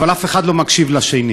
אבל אף אחד לא מקשיב לשני.